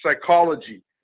psychology